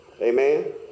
Amen